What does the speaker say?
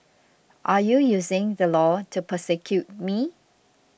are you using the law to persecute me